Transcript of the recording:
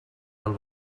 del